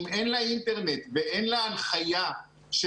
אם אין לה אינטרנט ואין לה הנחיה של